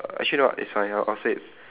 uh actually you know what it's fine I'll say it